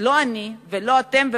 אני ולא אתם,